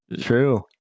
true